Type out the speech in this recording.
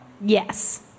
Yes